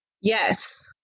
Yes